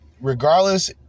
regardless